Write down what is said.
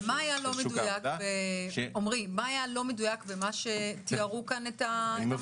מה היה לא מדויק במה שתיארו כאן את המצב?